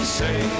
say